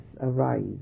arise